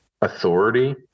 authority